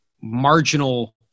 marginal